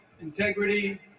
integrity